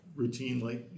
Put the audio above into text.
routinely